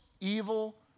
evil